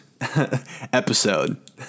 episode